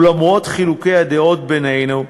ולמרות חילוקי הדעות בינינו,